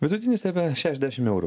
vidutinis apie šešiasdešim eurų